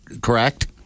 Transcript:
correct